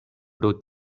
pro